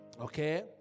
Okay